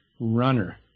runner